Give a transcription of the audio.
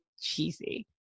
cheesy